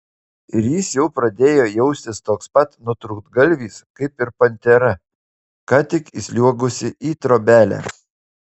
ir jis jau pradėjo jaustis toks pat nutrūktgalvis kaip ir pantera ką tik įsliuogusi į trobelę